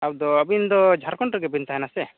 ᱟᱫᱚ ᱟᱹᱵᱤᱱᱫᱚ ᱡᱷᱟᱲᱠᱷᱚᱸᱰ ᱨᱮᱜᱮᱵᱤᱱ ᱛᱟᱦᱮᱱᱟ ᱥᱮ